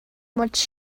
much